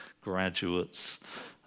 graduates